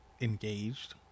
engaged